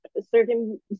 certain